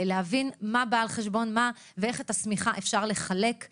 להבין מה בא על חשבון מה ואיך אפשר למתוח את השמיכה.